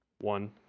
One